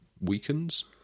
weakens